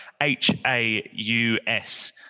H-A-U-S